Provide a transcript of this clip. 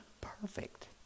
perfect